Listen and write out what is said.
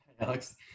Alex